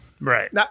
Right